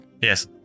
Yes